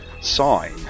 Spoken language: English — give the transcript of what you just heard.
sign